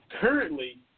currently